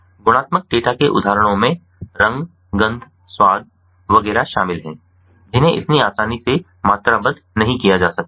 गुणात्मक डेटा के उदाहरणों में रंग गंध स्वाद वगैरह शामिल हैं जिन्हें इतनी आसानी से मात्राबद्ध नहीं किया जा सकता है